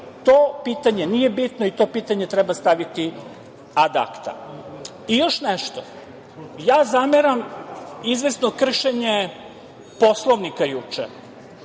To pitanje nije bitno i to pitanje treba staviti ad akta. Još nešto. Ja zameram izvesno kršenje Poslovnika juče.